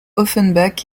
offenbach